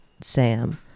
sam